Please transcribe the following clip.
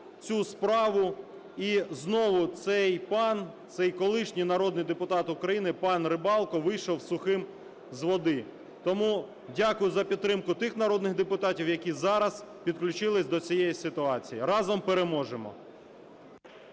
цю справу, і знову цей пан, цей колишній народний депутат України пан Рибалко вийшов сухим з води. Тому дякую за підтримку тих народних депутатів, які зараз підключилися до цієї ситуації. Разом переможемо.